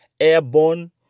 airborne